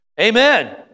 Amen